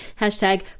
Hashtag